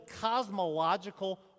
cosmological